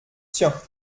tiens